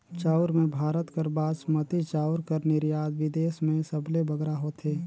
चाँउर में भारत कर बासमती चाउर कर निरयात बिदेस में सबले बगरा होथे